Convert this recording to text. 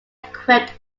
equipped